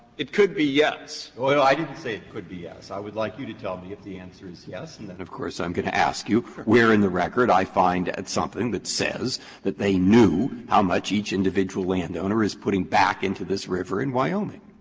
it could be yes. breyer well, i didn't say it could be yes. i would like you to tell me if the answer is yes, and then of course i'm going to ask you where in the record i find something that says that they knew how much each individual landowner is putting back into this river in wyoming.